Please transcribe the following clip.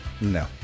No